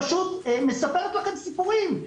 פשוט מספרת לכם סיפורים.